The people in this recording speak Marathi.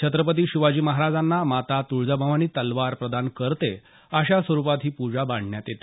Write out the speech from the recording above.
छत्रपती शिवाजी महाराजांना माता तुळजाभवानी तलवार प्रदान करते अशा स्वरुपात ही पूजा बांधण्यात येते